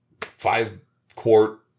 five-quart